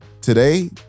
today